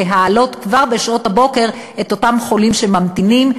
להעלות כבר בשעות הבוקר את אותם חולים שממתינים,